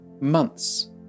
months